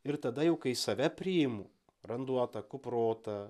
ir tada jau kai save priimu randuotą kuprotą